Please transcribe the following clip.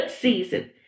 season